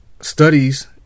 studies